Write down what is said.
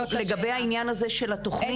הגבייה.